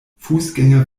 fußgänger